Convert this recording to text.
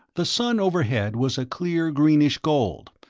the sun overhead was a clear greenish-gold,